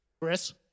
Chris